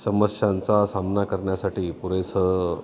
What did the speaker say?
समस्यांचा सामना करण्यासाठी पुरेसं